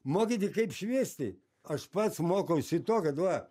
mokyti kaip šviesti aš pats mokausi to kad va